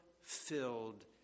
filled